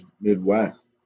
Midwest